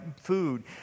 food